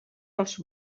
els